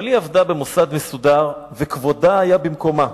אבל היא עבדה במוסד מסודר וכבודה היה במקומה,